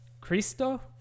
Cristo